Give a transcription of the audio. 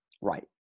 Right